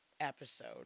episode